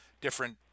different